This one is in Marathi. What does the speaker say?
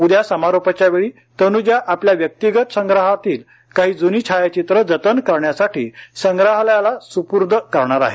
उद्या समारोपाच्यावेळी तन्जा आपल्या व्यक्तीगत संग्रहातील काही जुनी छायाचित्र जतन करण्यासाठी संग्रहालयाच्या सुपूर्द करणार आहेत